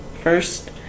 first